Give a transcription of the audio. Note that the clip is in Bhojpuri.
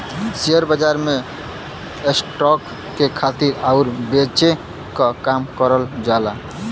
शेयर बाजार में स्टॉक के खरीदे आउर बेचे क काम करल जाला